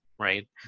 right